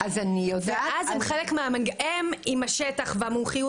ואז הם חלק --- הם עם השטח והמומחיות